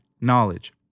knowledge